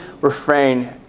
refrain